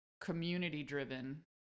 community-driven